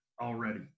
already